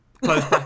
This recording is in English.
Close